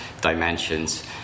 dimensions